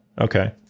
okay